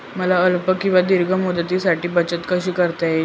मला अल्प किंवा दीर्घ मुदतीसाठी बचत कशी करता येईल?